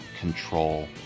control